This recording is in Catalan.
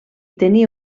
tenir